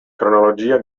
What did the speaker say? cronologia